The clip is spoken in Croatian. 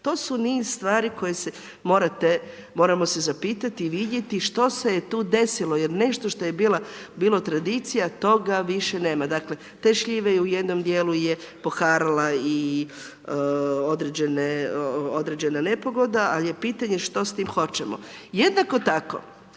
to su niz stvari koje se moramo zapitati i vidjeti što se je tu desilo jer nešto što je bilo tradicija, toga više nema. Dakle te šljive u jednom djelu je poharala i određena nepogoda ali je pitanje što s tim hoćemo. Jednako tako,